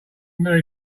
merry